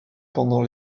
pendant